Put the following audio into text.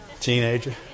teenager